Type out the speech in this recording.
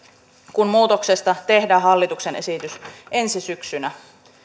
kun muutoksesta tehdään hallituksen esitys ensi syksynä